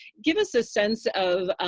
give us a sense of,